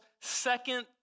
second